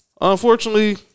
Unfortunately